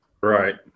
Right